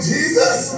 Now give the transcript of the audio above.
Jesus